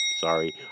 sorry